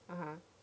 (uh huh)